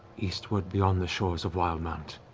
eastward beyond the shores of wildemount.